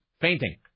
Fainting